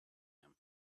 him